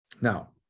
Now